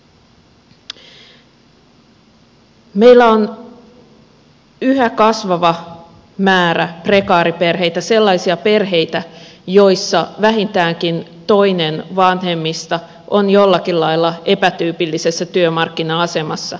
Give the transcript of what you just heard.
meillä on yhä kasvava määrä prekaariperheitä sellaisia perheitä joissa vähintäänkin toinen vanhemmista on jollakin lailla epätyypillisessä työmarkkina asemassa